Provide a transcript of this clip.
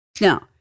Now